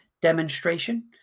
demonstration